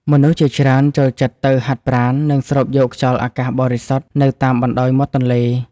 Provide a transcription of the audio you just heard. មនុស្សជាច្រើនចូលចិត្តទៅហាត់ប្រាណ និងស្រូបយកខ្យល់អាកាសបរិសុទ្ធនៅតាមបណ្តោយមាត់ទន្លេ។